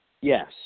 Yes